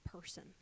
person